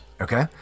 Okay